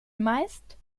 meist